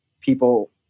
people